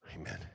Amen